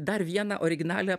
dar vieną originalią